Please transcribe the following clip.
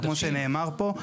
כמו שנאמר פה.